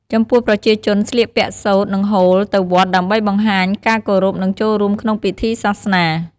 ចំពោះប្រជាជនស្លៀកពាក់សូត្រ និងហូលទៅវត្តដើម្បីបង្ហាញការគោរព និងចូលរួមក្នុងពិធីសាសនា។